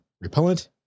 repellent